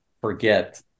forget